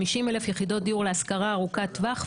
50,000 יחידות דיור להשכרה ארוכת טווח,